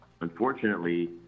Unfortunately